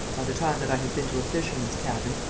by the time that i had been to a fisherman's cabin,